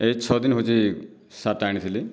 ଏଇ ଛଅ ଦିନ ହେଉଛି ସାର୍ଟଟା ଆଣିଥିଲି